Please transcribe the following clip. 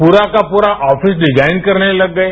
पूरा का पूरा ऑफिस डिजाइन करने लग गए